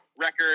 Record